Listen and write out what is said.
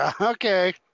Okay